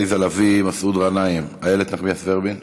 עליזה לביא, מסעוד גנאים, אילת נחמיאס ורבין,